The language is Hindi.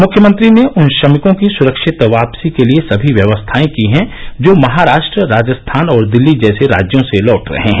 मुख्यमंत्री ने उन श्रमिकों की सुरक्षित वापसी के लिए सभी व्यवस्थाए की हैं जो महाराष्ट्र राजस्थान और दिल्ली जैसे राज्यों से लौट रहे हैं